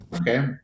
okay